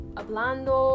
hablando